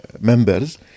members